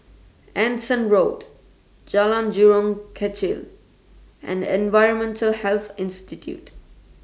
Anson Road Jalan Jurong Kechil and Environmental Health Institute